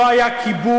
לא היה כיבוש,